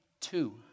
two